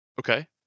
Okay